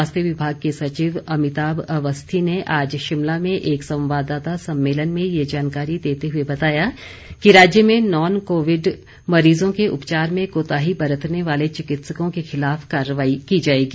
स्वास्थ्य विभाग के सचिव अमिताभ अवस्थी ने आज शिमला में एक संवाददाता सम्मेलन में ये जानकारी देते हुए बताया कि राज्य में नॉन कोविड मरीजों के उपचार में कोताही बरतने वाले चिकित्सकों के खिलाफ कार्रवाई की जाएगी